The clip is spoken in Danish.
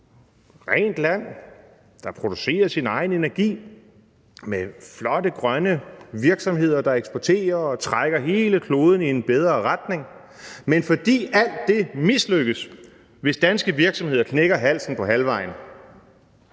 rent land, der producerer sin egen energi, med flotte grønne virksomheder, der eksporterer og trækker hele kloden i en bedre retning, men fordi alt det mislykkes, hvis danske virksomheder knækker halsen på halvvejen,